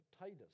Titus